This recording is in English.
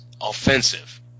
offensive